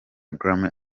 grammy